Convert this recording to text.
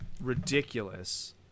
ridiculous